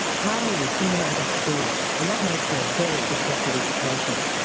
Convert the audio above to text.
karlie was in and out of school, and that made for a very disrupted education.